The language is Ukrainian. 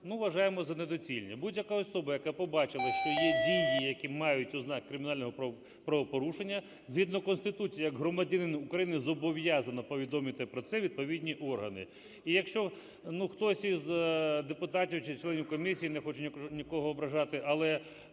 вважаємо за недоцільне. Будь-яка особа, яка побачила, що є дії, які мають ознаки кримінального правопорушення згідно Конституції, як громадянин України зобов'язана повідомити про це відповідні органи. І якщо хтось із депутатів чи членів комісії, не хочу нікого ображати, але